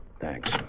Thanks